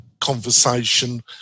conversation